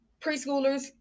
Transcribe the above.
preschoolers